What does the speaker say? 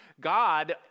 God